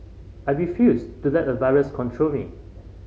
I refused to let a virus control me